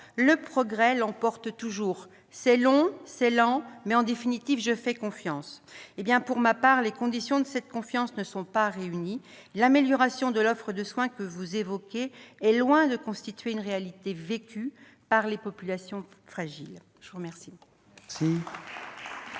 le progrès l'emporte toujours. C'est long, c'est lent, mais en définitive, je fais confiance ». Pour ma part, les conditions de cette confiance ne sont pas réunies : l'amélioration de l'offre de soins que vous évoquez est loin de constituer la réalité vécue par les populations fragiles. La parole est